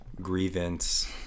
grievance